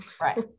Right